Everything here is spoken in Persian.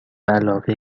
علاقه